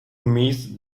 miss